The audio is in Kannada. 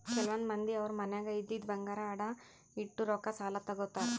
ಕೆಲವ್ ಮಂದಿ ಅವ್ರ್ ಮನ್ಯಾಗ್ ಇದ್ದಿದ್ ಬಂಗಾರ್ ಅಡ ಇಟ್ಟು ರೊಕ್ಕಾ ಸಾಲ ತಗೋತಾರ್